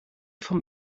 vom